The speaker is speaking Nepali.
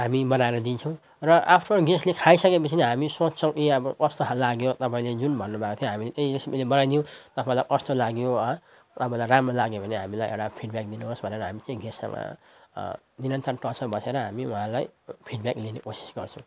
हामी बनाएर दिन्छौँ र आफ्नो गेस्टले खाई सकेपछि नि हामी सोध्छौँ कि अब कस्तो लाग्यो तपाईँले जुन भन्नुभएको थियो हामीले त्यही रेसिपीले बनाइदियौँ तपाईँलाई कस्तो लाग्यो हँ तपाईँलाई राम्रो लाग्यो भने हामीलाई एउटा फिडबेक दिनुहोस् भनेर हामी चाहिँ गेस्टसँग निरन्तर टचमा बसेर हामी उहाँलाई फिडबेक लिने कोसिस गर्छौँ